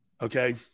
Okay